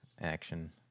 action